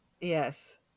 Yes